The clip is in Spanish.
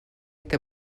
este